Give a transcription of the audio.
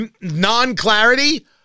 non-clarity